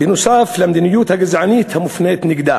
נוסף על המדיניות הגזענית המופנית נגדה.